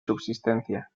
subsistencia